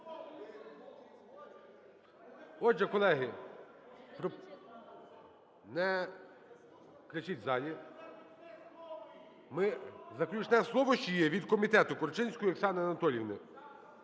Отже, колеги… Не кричіть в залі. Ми… Заключне слово ж є від комітету Корчинської Оксани Анатоліївни.